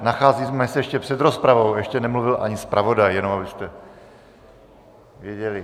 Nacházíme se ještě před rozpravou, ještě nemluvil ani zpravodaj jenom abyste věděli.